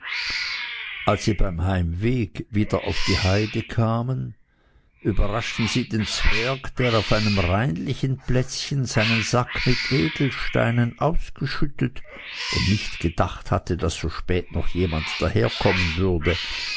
als sie beim heimweg wieder auf die heide kamen überraschten sie den zwerg der auf einem reinlichen plätzchen seinen sack mit edelsteinen ausgeschüttet und nicht gedacht hatte daß so spät noch jemand daherkommen würde